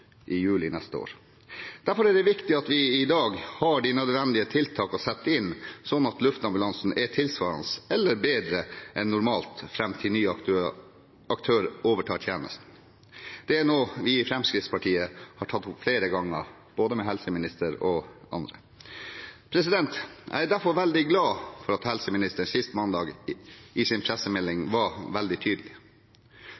i juli neste år. Derfor er det viktig at vi i dag har de nødvendige tiltak å sette inn, slik at tjenesten til luftambulansen er tilsvarende normal, eller bedre, fram til ny aktør overtar. Det er noe vi i Fremskrittspartiet har tatt opp flere ganger, både med helseministeren og andre. Jeg er derfor veldig glad for at helseministeren sist mandag i sin pressemelding